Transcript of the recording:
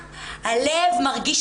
הלב מרגיש,